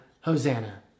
Hosanna